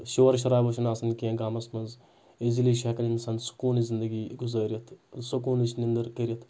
شور شَرابہٕا چھُنہٕ آسَن کینٛہہ گامَس منٛز اِیٖزِلی چھِ ہؠکَان اِنسان سکوٗنٕچ زِندَگی گُزٲرِتھ سکوٗنٕچ نِندٕر کٔرِتھ